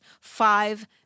five